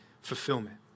fulfillment